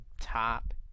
top